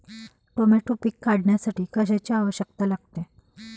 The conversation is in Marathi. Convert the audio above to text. टोमॅटो पीक काढण्यासाठी कशाची आवश्यकता लागते?